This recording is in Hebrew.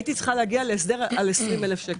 הייתי צריכה להגיע להסדר על 20,000 שקל.